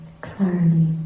clarity